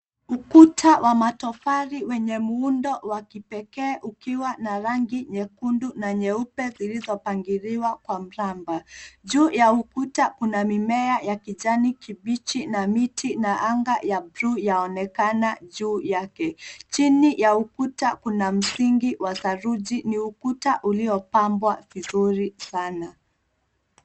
Ukuta wa matofali wenye muundo wa kipekee ukiwa na rangi nyekundu na nyeupe zilizopangiliwa kwa mraba. Juu ya ukuta kuna mimea ya kijani kibichi na miti na anga ya blue yaonekana juu yake. Chini ya ukuta kuna msingi wa saruji. Ni ukuta uliopambwa vizuri sana.